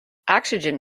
oxygen